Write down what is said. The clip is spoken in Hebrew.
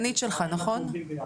אנחנו עובדים ביחד.